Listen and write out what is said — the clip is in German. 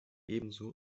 ebenso